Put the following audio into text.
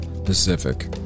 pacific